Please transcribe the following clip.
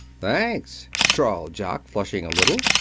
thanks, drawled jock, flushing a little.